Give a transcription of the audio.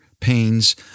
pains